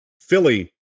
Philly